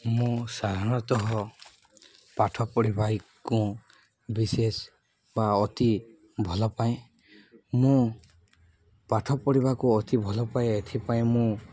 ମୁଁ ସାଧାରଣତଃ ପାଠ ପଢ଼ିବାକୁ ବିଶେଷ ବା ଅତି ଭଲପାଏ ମୁଁ ପାଠ ପଢ଼ିବାକୁ ଅତି ଭଲ ପାଏ ଏଥିପାଇଁ ମୁଁ